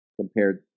compared